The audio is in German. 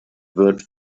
wird